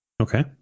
Okay